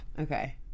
okay